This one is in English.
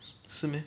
是 meh